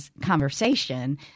conversation